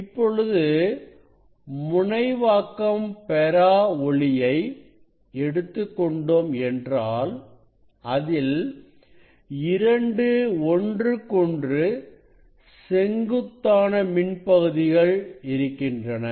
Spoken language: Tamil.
இப்பொழுது முனைவாக்கம் பெறா ஒளியை எடுத்துக்கொண்டோம் என்றால் அதில் இரண்டு ஒன்றுக்கொன்று செங்குத்தான மின் பகுதிகள் இருக்கின்றன